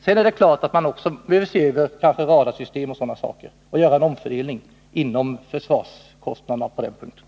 Sedan är det klart att man kanske också behöver se över radarsystem och sådant och göra en omfördelning inom försvarskostnaderna på den punkten.